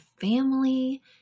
family